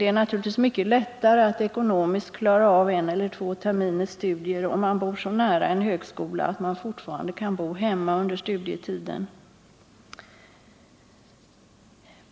Det är naturligtvis mycket lättare att ekonomiskt klara av en eller två terminers studier, om man bor så nära en högskola att man fortfarande kan bo hemma under studietiden.